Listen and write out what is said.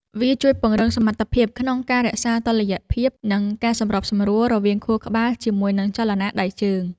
វាជួយពង្រឹងសមត្ថភាពក្នុងការរក្សាតុល្យភាព និងការសម្របសម្រួលរវាងខួរក្បាលជាមួយនឹងចលនាដៃជើង។